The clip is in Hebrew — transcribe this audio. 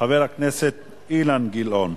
חבר הכנסת אילן גילאון,